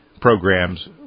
programs